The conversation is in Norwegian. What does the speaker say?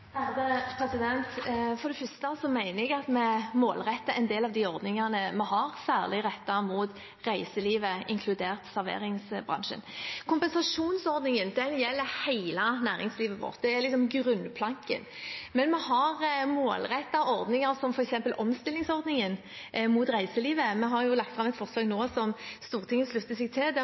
For det første mener jeg at vi målretter en del av de ordningene vi har, særlig inn mot reiselivet, inkludert serveringsbransjen. Kompensasjonsordningen gjelder hele næringslivet vårt. Det er liksom grunnplanken. Men vi har målrettede ordninger, som f.eks. omstillingsordningen, mot reiselivet. Vi har jo lagt fram et forslag nå som Stortinget slutter seg til, der vi vil se litt bredere på det,